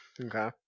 Okay